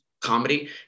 comedy